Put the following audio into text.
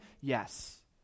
yes